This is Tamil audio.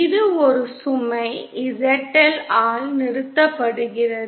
இது ஒரு சுமை ZL ஆல் நிறுத்தப்படுகிறது